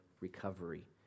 recovery